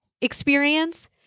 experience